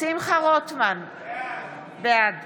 שמחה רוטמן, בעד